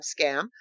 scam